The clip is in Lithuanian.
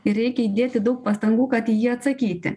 ir reikia įdėti daug pastangų kad į jį atsakyti